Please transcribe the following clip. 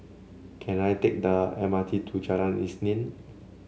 can I take the M R T to Jalan Isnin